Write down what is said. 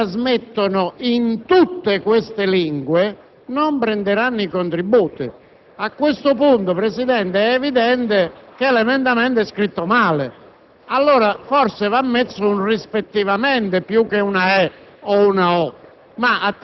Se ho ben capito, le preoccupazioni del senatore Peterlini non sono quelle che apparivano fino a questo momento e rispetto alle quali il Presidente della Commissione bilancio aveva detto essere del tutto indifferente sia la "e" che la